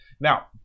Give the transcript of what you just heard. Now